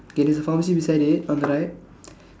okay there's a pharmacy beside it on the right